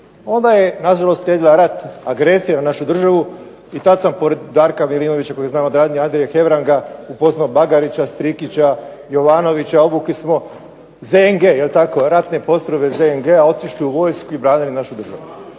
Onda je nažalost uslijedio rat, agresija na našu državu i tada sam pored Darka Milinovića koji je znao od ranije Andriju Hebranga upoznao Bagarića, Strikića, Jovanovića obukli smo ZNG, ratne postrojbe ZNG-a otišli u vojsku i branili našu državu.